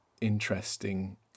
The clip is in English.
interesting